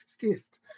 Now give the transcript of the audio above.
gift